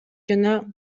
жана